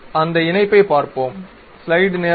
எனவே அந்த இணைப்பைப் பார்ப்போம்